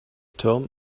term